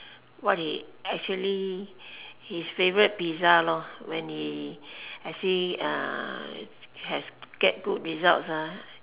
what he actually his favourite pizza lor when he actually have get good result